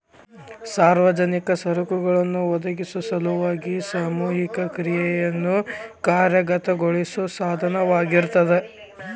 ಸಾರ್ವಜನಿಕ ಸರಕುಗಳನ್ನ ಒದಗಿಸೊ ಸಲುವಾಗಿ ಸಾಮೂಹಿಕ ಕ್ರಿಯೆಯನ್ನ ಕಾರ್ಯಗತಗೊಳಿಸೋ ಸಾಧನವಾಗಿರ್ತದ